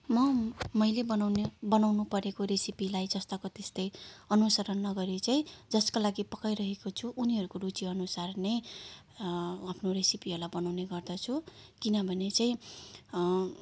म मैले बनाउने बनाउनुपरेको रेसिपीलाई जस्ताको त्यस्तै अनुसरण नगरी चाहिँ जसको लागि पकाइरहेको छु उनीहरूको रुचिअनुसार नै आफ्नो रेसिपीहरूलाई बनाउने गर्दछु किनभने चाहिँ